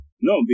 no